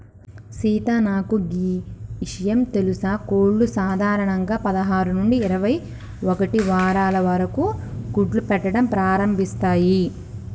సీత నాకు గీ ఇషయం తెలుసా కోళ్లు సాధారణంగా పదహారు నుంచి ఇరవై ఒక్కటి వారాల వరకు గుడ్లు పెట్టడం ప్రారంభిస్తాయి